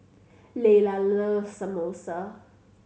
Laylah loves Samosa